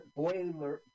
boiler